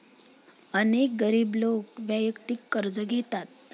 अनेक गरीब लोक वैयक्तिक कर्ज घेतात